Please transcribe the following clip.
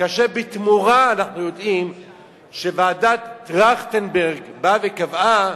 כאשר בתמורה אנחנו יודעים שוועדת-טרכטנברג באה וקבעה